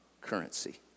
currency